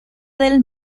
del